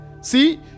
see